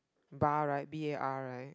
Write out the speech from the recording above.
bar right B A R right